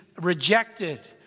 rejected